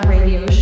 Radio